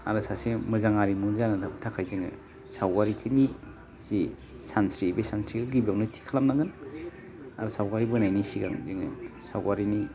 आरो सासे मोजां आरिमु जानो थाखाय जोङो सावगारिखिनि जे सानस्रि बे सानस्रि गिबियावनो थिक खालानांगोन आरो सावगारि बोनायनि सिगां जोङो सावगारिनि